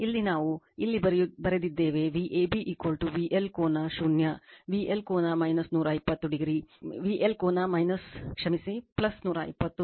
ಇಲ್ಲಿ ನಾವು ಇಲ್ಲಿ ಬರೆದಿದ್ದೇವೆ Vab VL ಕೋನ ಶೂನ್ಯ VL ಕೋನ 120o VL ಕೋನ ಕ್ಷಮಿಸಿ 120 o